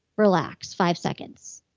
relax, five seconds.